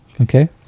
Okay